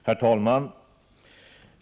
Herr talman!